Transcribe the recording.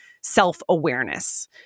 self-awareness